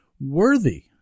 worthy